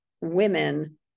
women